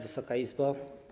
Wysoka Izbo!